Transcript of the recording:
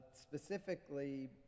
specifically